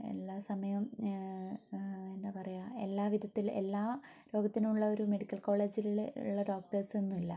എല്ലാ സമയവും എന്താ പറയുക എല്ലാ വിധത്തിലും എല്ലാ രോഗത്തിനും ഉള്ള ഒരു മെഡിക്കൽ കോളേജിൽ ഉള്ള ഡോക്ടേഴ്സ് ഒന്നുമില്ല